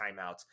timeouts